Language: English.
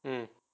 mm